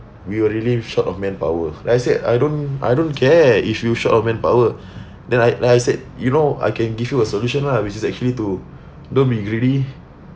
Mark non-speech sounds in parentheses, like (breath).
we were really short of manpower and I said I don't I don't care if you're short of manpower (breath) then I like I said you know I can give you a solution lah which is actually to don't be greedy